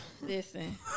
Listen